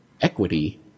equity